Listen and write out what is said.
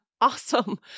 awesome